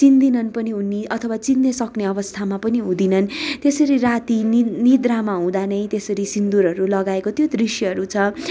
चिन्दिनन् पनि उनी अथवा चिन्नसक्ने अवस्थामा पनि हुँदिनन् त्यसरी राति निद निद्रामा हुँदा नै त्यसरी सिन्दूरहरू लगाएको त्यो दृश्यहरू छ